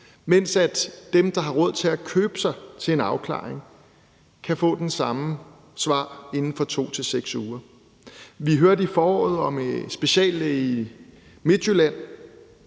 mens dem, der har råd til at købe sig til en afklaring, kan få det samme svar inden for 2-6 uger. Vi hørte i foråret om en speciallæge i Midtjylland,